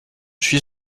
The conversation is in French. suis